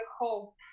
hope